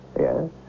Yes